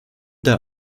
der